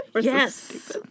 Yes